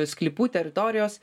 sklypų teritorijos